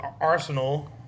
Arsenal